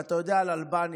ואתה יודע על אלבניה,